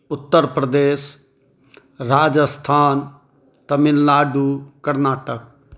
Uttar Pradesh Rajasthan Tamil Nadu Karnataka